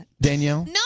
Danielle